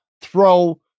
throw